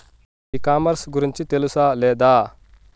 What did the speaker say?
ఈ కామర్స్ గురించి తెలుసా లేదా?